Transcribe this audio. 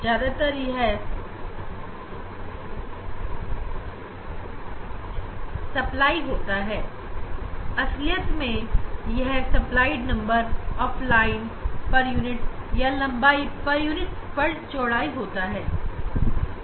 ज्यादातर यह सप्लाई होता है असलियत में यह सप्लाइड नंबर ऑफ लाइन पर यूनिट या नंबर ऑफ लाइन पर यूनिट चौड़ाई होता है